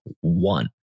one